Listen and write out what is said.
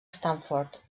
stanford